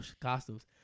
costumes